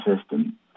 system